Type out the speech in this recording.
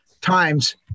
times